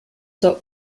der